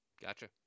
gotcha